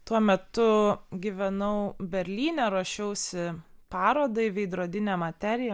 tuo metu gyvenau berlyne ruošiausi parodai veidrodinė materija